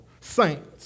saints